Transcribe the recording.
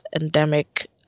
endemic